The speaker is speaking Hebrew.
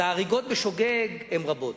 ההריגות בשוגג הן רבות.